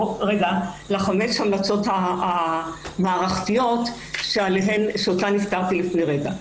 לחמש ההמלצות המערכתיות שאותן הזכרתי לפני רגע.